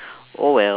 oh well